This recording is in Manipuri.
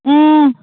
ꯎꯝ